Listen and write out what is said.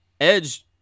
Edge